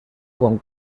con